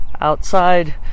outside